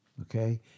okay